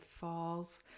Falls